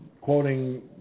quoting